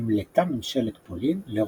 נמלטה ממשלת פולין לרומניה.